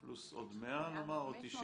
פלוס עוד 100 או 90,